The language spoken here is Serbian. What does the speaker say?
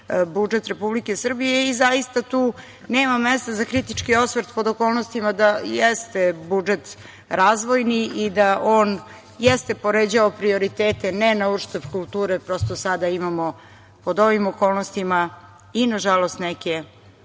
budžet Republike Srbije i zaista tu nema mesta za kritički osvrt pod okolnostima da jeste budžet razvojni i da on jeste poređao prioritete, ne na uštrb kulture, prosto, sada imamo pod ovim okolnostima i, nažalost, neke